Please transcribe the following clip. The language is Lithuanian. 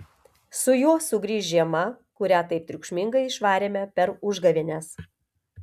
su juo sugrįš žiema kurią taip triukšmingai išvarėme per užgavėnes